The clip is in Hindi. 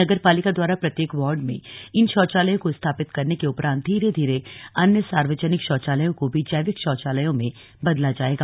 नगरपालिका द्वारा प्रत्येक वार्ड में इन शौचालयों को स्थिपित करने के उपरान्त धीरे धीरे अन्य सार्वजनिक शौचालयों को भी जैविक शौचालयों में बदला जाएगा